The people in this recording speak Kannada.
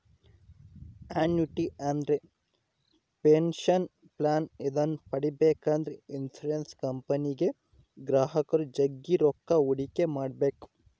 ಅನ್ಯೂಟಿ ಅಂದ್ರೆ ಪೆನಷನ್ ಪ್ಲಾನ್ ಇದನ್ನ ಪಡೆಬೇಕೆಂದ್ರ ಇನ್ಶುರೆನ್ಸ್ ಕಂಪನಿಗೆ ಗ್ರಾಹಕರು ಜಗ್ಗಿ ರೊಕ್ಕ ಹೂಡಿಕೆ ಮಾಡ್ಬೇಕು